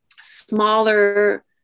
smaller